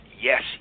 yes